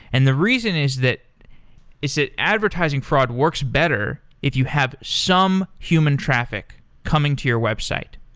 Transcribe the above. and the reason is that is that advertising fraud works better if you have some human traffic coming to your website,